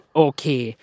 okay